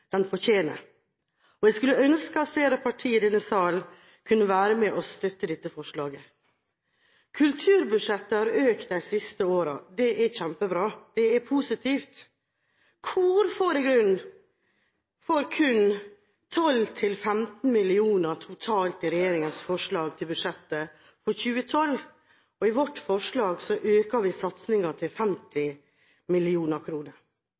den statusen det fortjener. Jeg skulle ønske at flere partier i denne sal kunne være med og støtte dette forslaget. Kulturbudsjettet har økt de siste årene. Det er kjempebra, det er positivt. Kor får kun 12–15 mill. kr totalt i regjeringens forslag til budsjett for 2012. I vårt forslag øker vi satsingen med 50